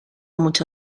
mucho